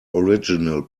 original